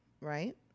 right